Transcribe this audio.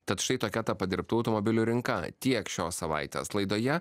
tad štai tokia ta padirbtų automobilių rinka tiek šios savaitės laidoje